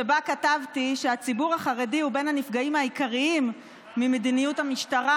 שבה כתבתי שהציבור החרדי הוא בין הנפגעים העיקריים ממדיניות המשטרה,